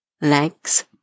legs